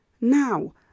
Now